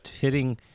hitting